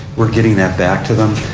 we're getting that back to them.